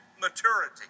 maturity